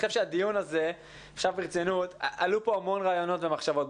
בדיון הזה עלו המון רעיונות ומחשבות.